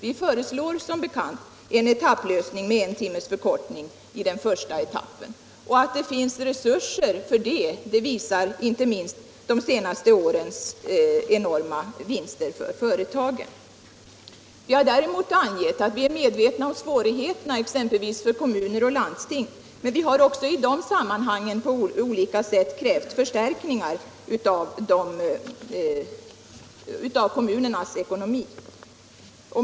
Vi föreslår som bekant en etapplösning med en timmes förkortning i den första etappen. Att det finns resurser härför visar inte minst de senaste årens enorma företagsvinster. Däremot har vi angivit att vi är medvetna om svårigheterna för kommuner och landsting, men vi har i olika sammanhang krävt förstärkningar av kommunernas ekonomi.